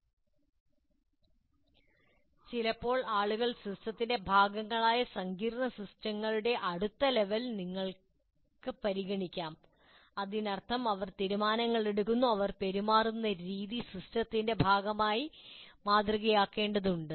അപ്പോൾ ആളുകൾ സിസ്റ്റത്തിന്റെ ഭാഗങ്ങളായ സങ്കീർണ്ണമായ സിസ്റ്റങ്ങളുടെ അടുത്ത ലെവൽ നിങ്ങൾക്ക് പരിഗണിക്കാം അതിനർത്ഥം അവർ തീരുമാനങ്ങൾ എടുക്കുന്നു അവർ പെരുമാറുന്ന രീതി സിസ്റ്റത്തിന്റെ ഭാഗമായി മാതൃകയാക്കേണ്ടതുണ്ട്